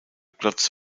klotz